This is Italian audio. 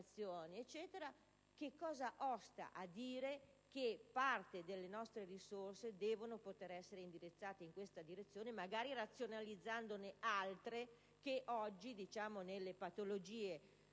che cosa osta a dire che parte delle nostre risorse devono poter essere indirizzate in questa direzione, magari razionalizzandone altre che oggi per le patologie ricorrenti non